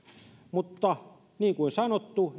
mutta niin kuin sanottu